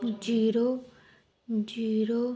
zero zero